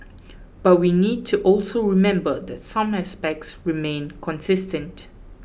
but we need to also remember that some aspects remain consistent